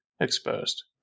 exposed